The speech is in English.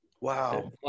Wow